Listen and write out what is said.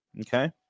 Okay